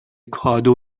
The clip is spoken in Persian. کادو